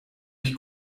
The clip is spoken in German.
mich